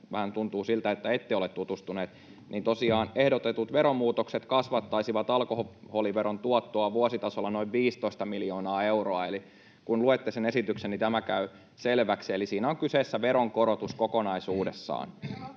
vähän tuntuu, että ette ole siihen tutustuneet — niin tosiaan ehdotetut veromuutokset kasvattaisivat alkoholiveron tuottoa vuositasolla noin 15 miljoonaa euroa. Kun luette sen esityksen, tämä käy selväksi. Eli siinä on kyseessä veronkorotus kokonaisuudessaan